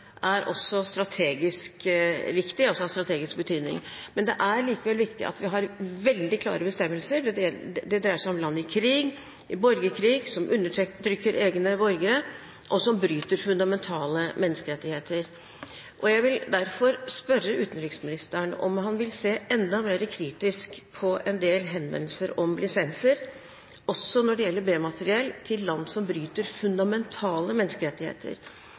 er også strategisk viktig, altså av strategisk betydning. Men det er likevel viktig at vi har veldig klare bestemmelser – det dreier seg om land i krig, i borgerkrig, som undertrykker egne borgere, og som bryter fundamentale menneskerettigheter. Jeg vil derfor spørre utenriksministeren om han vil se enda mer kritisk på en del henvendelser om lisenser, også når det gjelder B-materiell, til land som bryter fundamentale menneskerettigheter.